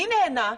מי נהנה?